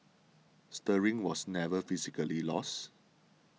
steering was never physically lost